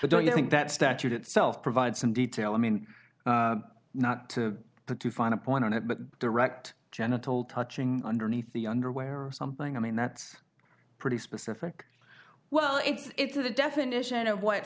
under don't you think that statute itself provides some detail i mean not to the too fine a point on it but direct genital touching underneath the underwear or something i mean that's pretty specific well it's a definition of what